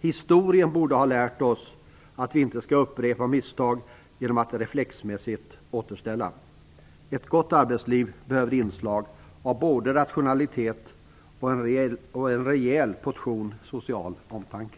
Historien borde ha lärt oss att vi inte skall upprepa misstag genom att reflexmässigt återställa. Ett gott arbetsliv behöver inslag av både rationalitet och en rejäl portion social omtanke.